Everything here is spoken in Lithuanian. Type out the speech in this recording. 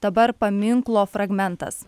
dabar paminklo fragmentas